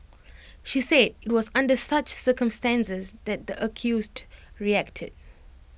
she said IT was under such circumstances that the accused reacted